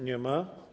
Nie ma.